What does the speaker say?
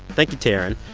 thank you, taran.